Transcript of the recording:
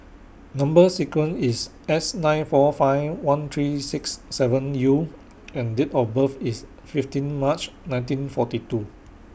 Number sequence IS S nine four five one three six seven U and Date of birth IS fifteen March nineteen forty two